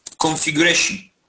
configuration